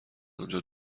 آنجا